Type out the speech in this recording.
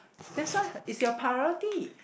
that's why it's your priority